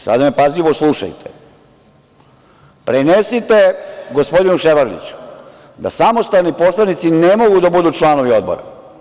Sad me pažljivo slušajte, prenesite gospodinu Ševarliću da samostalni poslanici ne mogu da budu članovi Odbora.